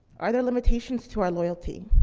are there limitations to our loyalty?